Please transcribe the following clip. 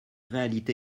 réalité